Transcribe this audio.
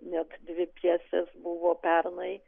net dvi pjesės buvo pernai